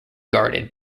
guarded